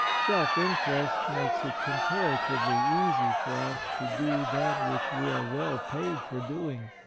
self-interest makes it comparatively easy for us to do that which we are well paid for doing.